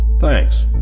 Thanks